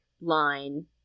line